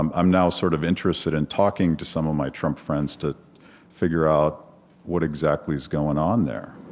i'm i'm now sort of interested in talking to some of my trump friends to figure out what exactly is going on there